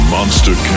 Monster